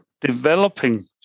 developing